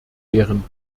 deren